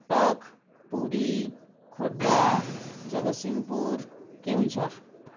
Cuttack Puri Khordha Jagatsinghpur Keonjhar